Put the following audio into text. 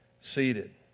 seated